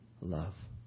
love